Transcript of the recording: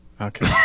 Okay